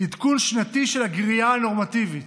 עדכון שנתי של הגריעה הנורמטיבית,